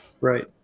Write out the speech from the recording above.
Right